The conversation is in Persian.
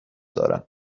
دارم